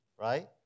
right